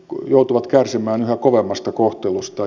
kun joutuvat kärsimään yhä kovemmasta kohtelusta